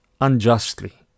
unjustly